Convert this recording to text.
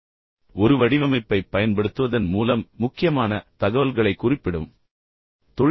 மிக முக்கியமாக ஒரு வடிவமைப்பைப் பயன்படுத்துவதன் மூலம் முக்கியமான தகவல்களைக் குறிப்பிடுவதாக நான் சொன்னேன்